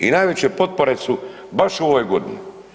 I najveće potpore su baš u ovoj godini.